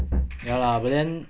ya lah but then